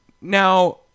Now